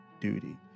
duty